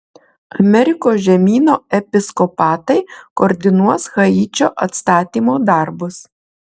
amerikos žemyno episkopatai koordinuos haičio atstatymo darbus